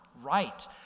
Right